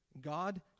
God